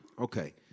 Okay